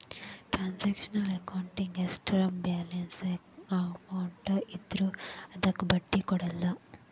transactional ಅಕೌಂಟಿನ್ಯಾಗ ಎಷ್ಟರ balance amount ಇದ್ರೂ ಅದಕ್ಕ ಬಡ್ಡಿ ಕೊಡಲ್ಲ